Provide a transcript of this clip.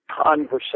conversation